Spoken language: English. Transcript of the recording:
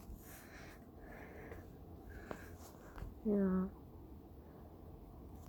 ya